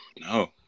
No